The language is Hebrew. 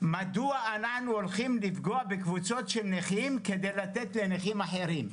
מדוע אנחנו הולכים לפגוע בקבוצות של נכים כדי לתת לנכים אחרים?